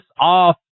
off